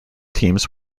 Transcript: teams